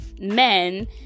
men